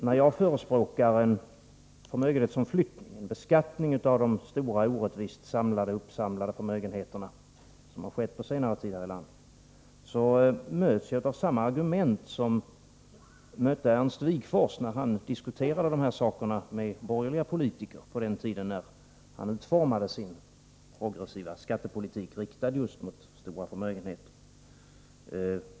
När jag förespråkar en förmögenhetsomflyttning, en beskattning av de stora orättvist uppsamlade förmögenheterna som har skett på senare tid här i landet, möts jag av samma argument som mötte Ernst Wigforss när han diskuterade dessa saker med borgerliga politiker på den tiden när han utformade sin progressiva skattepolitik, riktad just mot stora förmögenheter.